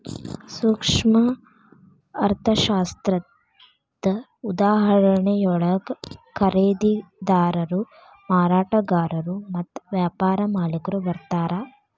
ಸೂಕ್ಷ್ಮ ಅರ್ಥಶಾಸ್ತ್ರದ ಉದಾಹರಣೆಯೊಳಗ ಖರೇದಿದಾರರು ಮಾರಾಟಗಾರರು ಮತ್ತ ವ್ಯಾಪಾರ ಮಾಲಿಕ್ರು ಬರ್ತಾರಾ